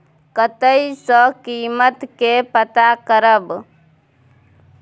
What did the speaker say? कतय सॅ कीमत के पता करब?